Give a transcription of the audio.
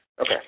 Okay